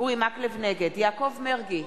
יעקב מרגי,